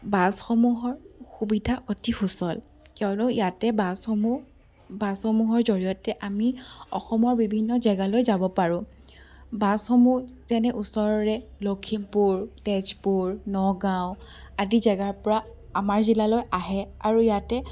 বাছসমূহৰ সুবিধা অতি সুচল কিয়নো ইয়াতে বাছসমূহ বাছসমূহৰ জৰিয়তে আমি অসমৰ বিভিন্ন জেগালৈ যাব পাৰোঁ বাছসমূহ যেনে ওচৰৰে লখিমপুৰ তেজপুৰ নগাঁও আদি জেগাৰ পৰা আমাৰ জিলালৈ আহে আৰু ইয়াতে